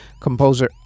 Composer